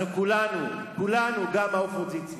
כולנו, גם האופוזיציה,